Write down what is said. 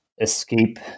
escape